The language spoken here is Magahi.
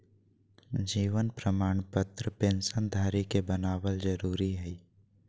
जीवन प्रमाण पत्र पेंशन धरी के बनाबल जरुरी हइ